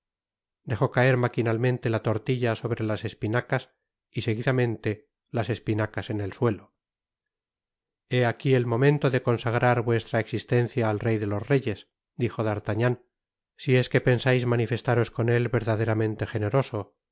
dejó caer maquinalmente la tortilla sobre las espinacas y seguidamente las espinacas en el suelo he aqui el momento de consagrar vúestra existencia al rey de los reyes dijo d'artagnan si es que pensais manifestaros con ét verdaderamente generoso